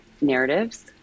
narratives